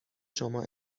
شما